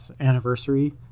anniversary